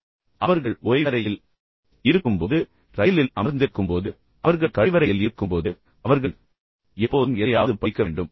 எனவே அவர்கள் ஓய்வறையில் இருக்கும்போது பேருந்துக்காகக் காத்திருக்கும்போது ரயிலில் அமர்ந்திருக்கும் போது அவர்கள் கழிவறையில் இருக்கும்போது அவர்கள் எப்போதும் எதையாவது படிக்க வேண்டும்